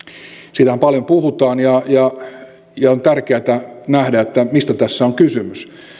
siitähän paljon puhutaan on tärkeätä nähdä mistä tässä on kysymys